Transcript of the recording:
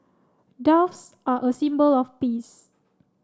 doves are a symbol of peace